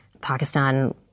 Pakistan